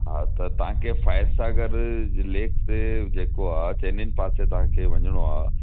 हा त तव्हांखे फॉय सां गॾु लेक जेको आहे चइनिनि पासे तव्हांखे वञिणो आहे